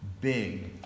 big